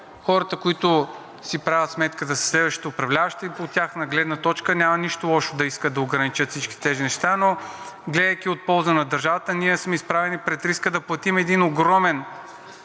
хората, които си правят сметка да са следващите управляващи, от тяхна гледна точка няма нищо лошо да искат да ограничат всички тези неща, но гледайки от полза на държавата, ние сме изправени пред риска да платим едни огромни